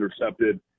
intercepted